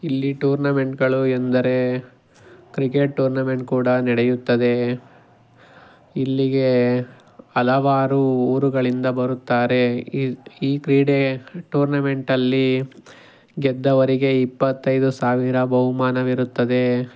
ಇಲ್ಲಿ ಟೂರ್ನಮೆಂಟ್ಗಳು ಎಂದರೆ ಕ್ರಿಕೆಟ್ ಟೂರ್ನಮೆಂಟ್ ಕೂಡ ನಡೆಯುತ್ತದೆ ಇಲ್ಲಿಗೆ ಹಲವಾರು ಊರುಗಳಿಂದ ಬರುತ್ತಾರೆ ಈ ಈ ಕ್ರೀಡೆ ಟೂರ್ನಮೆಂಟಲ್ಲಿ ಗೆದ್ದವರಿಗೆ ಇಪ್ಪತ್ತೈದು ಸಾವಿರ ಬಹುಮಾನವಿರುತ್ತದೆ